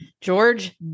George